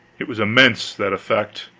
it was immense that effect!